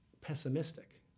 pessimistic